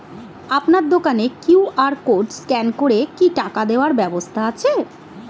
আপনার দোকানে QR code scan করে কি টাকা দেওয়ার ব্যবস্থা আছে?